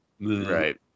Right